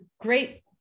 great